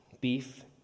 beef